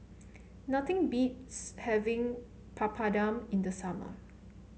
nothing beats having Papadum in the summer